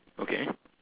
okay